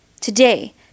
Today